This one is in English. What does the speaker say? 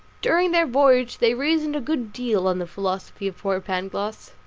during their voyage they reasoned a good deal on the philosophy of poor pangloss.